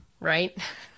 Right